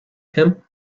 him